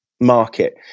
market